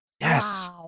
yes